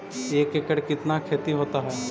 एक एकड़ कितना खेति होता है?